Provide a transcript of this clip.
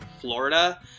Florida